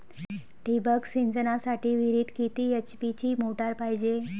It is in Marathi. ठिबक सिंचनासाठी विहिरीत किती एच.पी ची मोटार पायजे?